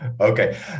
Okay